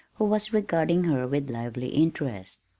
who was regarding her with lively interest.